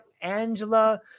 Angela